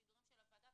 יש שידורים של הוועדה,